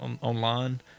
online